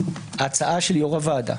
ההצעה של יושב-ראש הוועדה